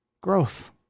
growth